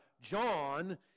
John